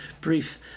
brief